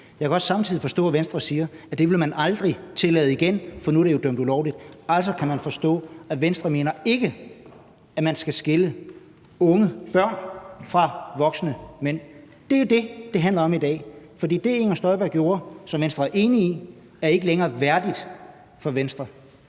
Jeg kan også samtidig forstå, at Venstre siger, at det ville man aldrig tillade igen, for nu er det jo dømt ulovligt. Altså, kan man forstå, Venstre mener ikke, at man skal skille unge børn fra voksne mænd. Det er jo det, det handler om i dag, for det, Inger Støjberg gjorde, og som Venstre var enig i, er ikke længere værdigt for Venstre.